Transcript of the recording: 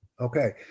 Okay